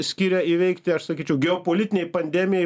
skirė įveikti aš sakyčiau geopolitiniai pandemijai